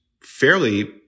fairly